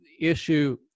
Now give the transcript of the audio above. issue